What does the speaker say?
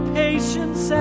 patience